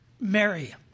Mary